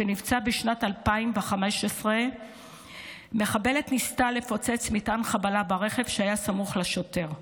שנפצע בשנת 2015. מחבלת ניסתה לפוצץ מטען חבלה ברכב שהיה סמוך לשוטר.